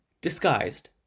Disguised